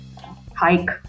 hike